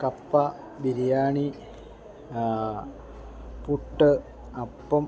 കപ്പ ബിരിയാണി പുട്ട് അപ്പം